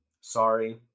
Sorry